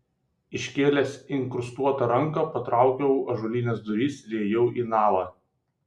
iškėlęs inkrustuotą ranką patraukiau ąžuolines duris ir įėjau į navą